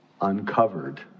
uncovered